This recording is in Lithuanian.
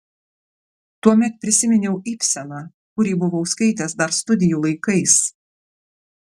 tuomet prisiminiau ibseną kurį buvau skaitęs dar studijų laikais